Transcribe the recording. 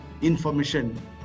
information